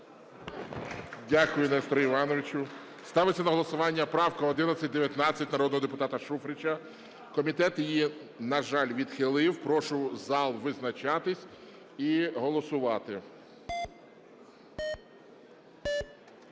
Дякую, Несторе Івановичу. Ставиться на голосування правка 1119 народного депутата Шуфрича. Комітет її, на жаль, відхилив. Прошу зал визначатись і голосувати.